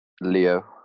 Leo